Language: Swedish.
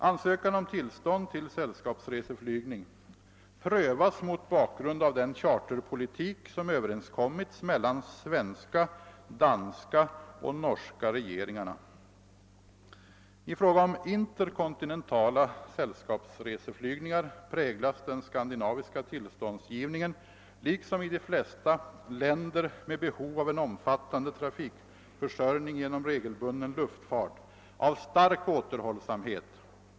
Ansökan om tillstånd till sällskapsreseflygning prövas mot bakgrund av den charterpolitik som överenskommits mellan de svenska, danska och norska regeringarna. I fråga om interkontinentala sällskapsreseflygningar präglas den skandinaviska tillståndsgivningen — liksom i de flesta länder med behov av en omfattande trafikförsörjning genom regelbunden luftfart — av stark återhållsamhet.